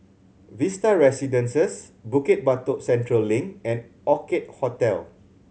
Vista Residences Bukit Batok Central Link and Orchid Hotel